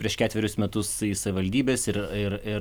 prieš ketverius metus savivaldybės ir ir ir